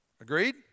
Agreed